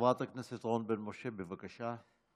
חברת הכנסת רון בן משה, בבקשה.